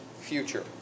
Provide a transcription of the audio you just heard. future